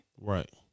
right